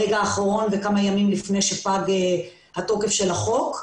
דיון של הרגע האחרון וכמה ימים לפני שפג התוקף של החוק.